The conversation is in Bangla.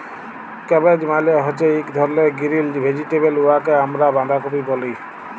ক্যাবেজ মালে হছে ইক ধরলের গিরিল ভেজিটেবল উয়াকে আমরা বাঁধাকফি ব্যলি